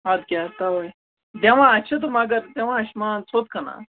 اَدٕ کیٛاہ تَوَے دِوان ہہ چھِ تہٕ مگر دِوان چھِ مان ژٕ ہُتھ کَنَن